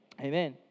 Amen